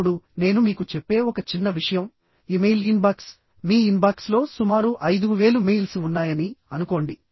ఇప్పుడు నేను మీకు చెప్పే ఒక చిన్న విషయం ఇమెయిల్ ఇన్బాక్స్ మీ ఇన్బాక్స్లో సుమారు 5000 మెయిల్స్ ఉన్నాయని అనుకోండి